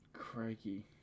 Crikey